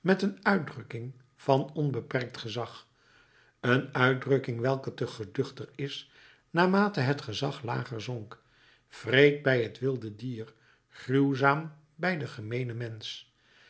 met een uitdrukking van onbeperkt gezag een uitdrukking welke te geduchter is naarmate het gezag lager zonk wreed bij het wilde dier gruwzaam bij den gemeenen mensch